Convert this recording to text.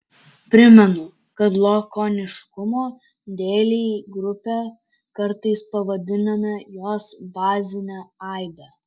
primenu kad lakoniškumo dėlei grupe kartais pavadiname jos bazinę aibę